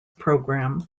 program